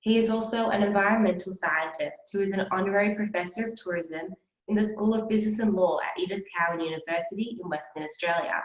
he is also an environmental scientist who is an honorary professor of tourism in the school of business and law at edith cowan university in western australia.